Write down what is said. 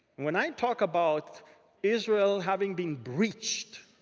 when i talk about israel having been breached.